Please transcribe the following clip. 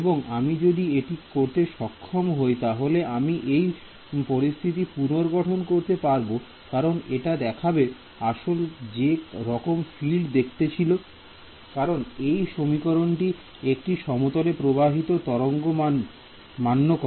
এবং আমি যদি এটি করতে সক্ষম হই তাহলে আমি একই পরিস্থিতি পুনর্গঠন করতে পারব কারণ এটা দেখাবে আসলে যে রকম ফিল্ড দেখতে ছিল কারণ এই সমীকরণটি একটি সমতলে প্রবাহিত তরঙ্গ মান্য করে